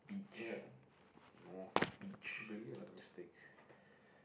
beach north beach